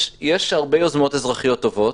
יש הרבה יוזמות אזרחיות טובות